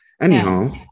Anyhow